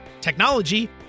technology